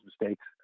mistakes